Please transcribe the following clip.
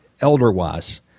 elder-wise –